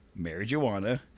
marijuana